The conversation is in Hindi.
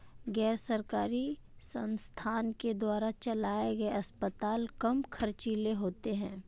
गैर सरकारी संस्थान के द्वारा चलाये गए अस्पताल कम ख़र्चीले होते हैं